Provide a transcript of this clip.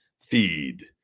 feed